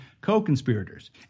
co-conspirators